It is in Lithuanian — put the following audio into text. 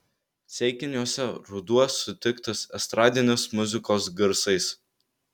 ceikiniuose ruduo sutiktas estradinės muzikos garsais